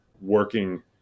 working